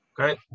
Okay